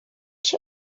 się